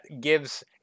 gives